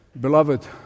Beloved